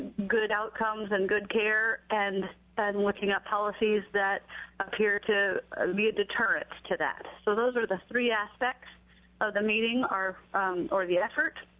good outcomes and good care and and looking at policies that appear to be a deterrent to that. so those are the three aspects of the meeting or the effort.